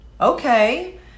Okay